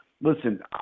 listen